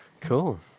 Cool